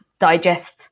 digest